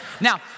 now